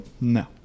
no